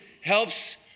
helps